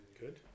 Good